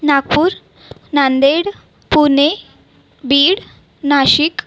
Nagpur Nanded Pune Beed Nashik